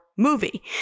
movie